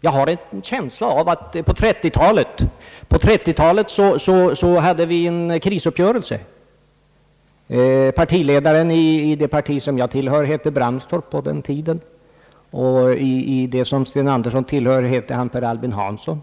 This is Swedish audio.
Jag har ett minne av att vi på 30-talet hade en krisuppgörelse i detta land. Ledaren för det parti jag tillhör hette på den tiden Pehrsson Bramstorp. Ledaren för det parti herr Sten Andersson tillhör hette Per Aibin Hansson.